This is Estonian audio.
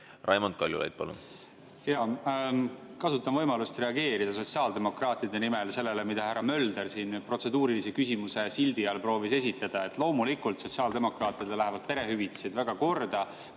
Raimond Kaljulaid, palun! Kasutan võimalust reageerida sotsiaaldemokraatide nimel sellele, mida härra Mölder siin protseduurilise küsimuse sildi all proovis esitada. Loomulikult, sotsiaaldemokraatidele lähevad perehüvitised väga korda,